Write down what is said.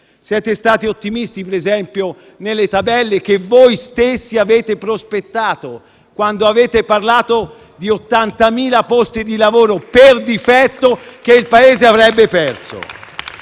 Siete stati ottimisti, ad esempio, nelle tabelle che voi stessi avete prospettato quando avete parlato di 80.000 posti di lavoro per difetto che il Paese avrebbe perso.